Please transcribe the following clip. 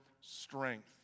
strength